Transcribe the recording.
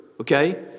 okay